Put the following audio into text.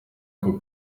ako